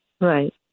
Right